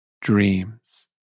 dreams